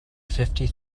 fifty